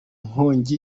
nkongi